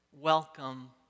Welcome